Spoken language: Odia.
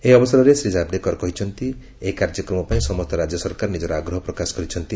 ଏହି ଅବସରରେ ଶ୍ରୀ ଜାବଡେକର କହିଛନ୍ତି ଏହି କାର୍ଯକ୍ରମ ପାଇଁ ସମସ୍ତ ରାଜ୍ୟ ସରକାର ନିଜର ଆଗ୍ରହ ପ୍ରକାଶ କରିଛନ୍ତି